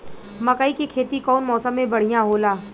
मकई के खेती कउन मौसम में बढ़िया होला?